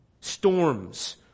storms